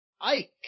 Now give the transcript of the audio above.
Ike